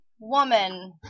woman